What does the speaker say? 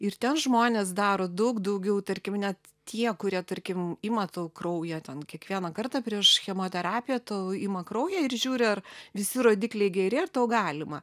ir ten žmonės daro daug daugiau tarkim net tie kurie tarkim ima tau kraują ten kiekvieną kartą prieš chemoterapiją tau ima kraują ir žiūri ar visi rodikliai geri ar tau galima